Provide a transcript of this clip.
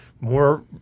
more